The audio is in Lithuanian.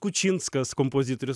kučinskas kompozitorius